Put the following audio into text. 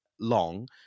long